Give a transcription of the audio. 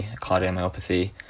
cardiomyopathy